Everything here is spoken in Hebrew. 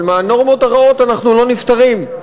אבל מהנורמות הרעות אנחנו לא נפטרים.